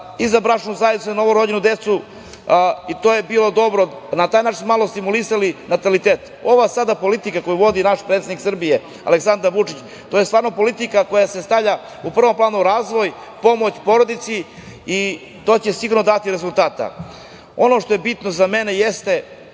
i za bračnu zajednicu i za novorođenu decu i to je bilo dobro. Na taj način smo malo stimulisali natalitet. Ova sada politika koju vodi naš predsednik Srbije, Aleksandar Vučić, to je stvarno politika koja stavlja u prvi plan razvoj, pomoć porodici i to će sigurno dati rezultate. Ono što je bitno za mene jeste